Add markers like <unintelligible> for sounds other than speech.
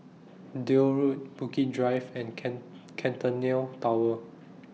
Deal Road Bukit Drive and <unintelligible> Centennial Tower